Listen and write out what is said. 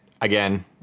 Again